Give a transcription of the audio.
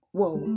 Whoa